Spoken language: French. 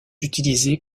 utilisés